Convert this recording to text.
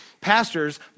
pastors